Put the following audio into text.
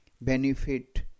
benefit